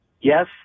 yes